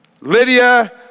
Lydia